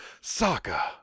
Saka